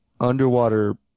underwater